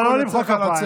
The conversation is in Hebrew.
לא למחוא כפיים.